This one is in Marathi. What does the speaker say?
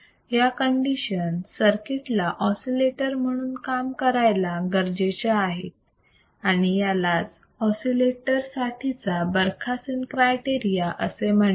या कंडीशन सर्किट ला ऑसिलेटर म्हणून काम करायला गरजेच्या आहेत आणि यालाच ऑसिलेटर साठीचा बरखासेन क्रायटेरिया असे म्हणतात